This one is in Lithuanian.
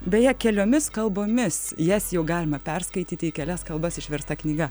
beje keliomis kalbomis jas jau galima perskaityti į kelias kalbas išversta knyga